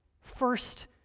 first